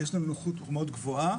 יש כאן נוחות מאוד גבוהה